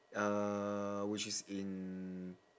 uh which is in